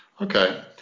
Okay